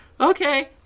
Okay